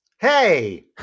Hey